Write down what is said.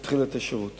כדי להתחיל את השירות.